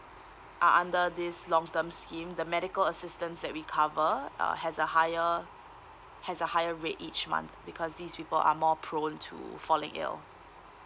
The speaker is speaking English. are under this long term scheme the medical assistance that we cover uh has a higher has a higher rate each month because these people are more prone to falling ill